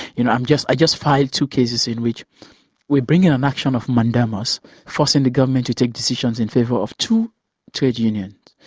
you know, um i just filed two cases in which we bringing an action of mandamus forcing the government to take decisions in favour of two trade unions.